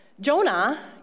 Jonah